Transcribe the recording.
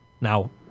now